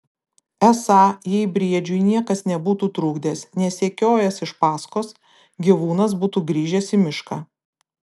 esą jei briedžiui niekas nebūtų trukdęs nesekiojęs iš paskos gyvūnas būtų grįžęs į mišką